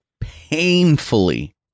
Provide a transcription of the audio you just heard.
painfully